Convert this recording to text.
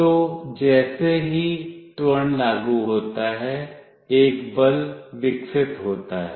तो जैसे ही त्वरण लागू होता है एक बल विकसित होता है